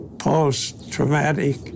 post-traumatic